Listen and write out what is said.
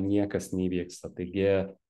niekas neįvyksta taigi